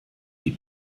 die